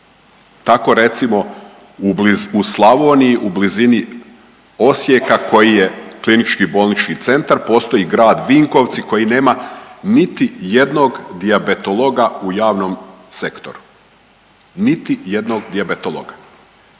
Tako recimo u Slavoniji u blizini Osijeka koji je klinički bolnički centar postoji grad Vinkovci koji nema niti jednog dijabetologa u javnom sektoru, niti jednog dijabetologa.